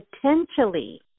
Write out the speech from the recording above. potentially